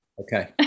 Okay